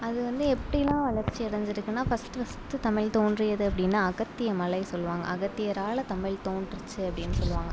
அது வந்து எப்படிலாம் வளர்ச்சி அடைஞ்சிருக்குனா ஃபஸ்ட்டு ஃபஸ்ட்டு தமிழ் தோன்றியது அப்படின்னா அகத்திய மலைன்னு சொல்லுவாங்க அகத்தியரால் தமிழ் தோன்றுச்சு அப்படின்னு சொல்லுவாங்க